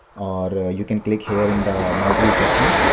or you can click here in the my tools section.